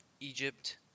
Egypt